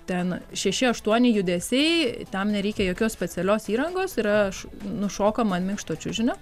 ten šeši aštuoni judesiai tam nereikia jokios specialios įrangos ir aš nušokama ant minkšto čiužinio